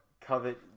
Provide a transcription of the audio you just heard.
Covet